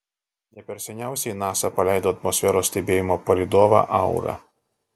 ne per seniausiai nasa paleido atmosferos stebėjimo palydovą aura